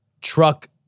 truck